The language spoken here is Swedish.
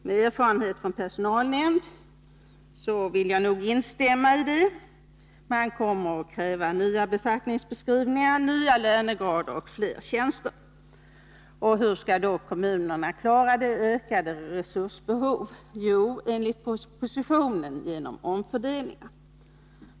Med erfarenhet från personalnämnd vill jag instämma i det. Det kommer att krävas nya befattningsbeskrivningar, nya lönegrader och fler tjänster. Hur skall då kommunerna klara det ökade resursbehovet? Jo, enligt propositionen genom omfördelningar.